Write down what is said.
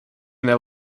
their